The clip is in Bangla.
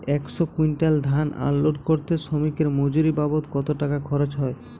একশো কুইন্টাল ধান আনলোড করতে শ্রমিকের মজুরি বাবদ কত টাকা খরচ হয়?